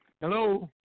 Hello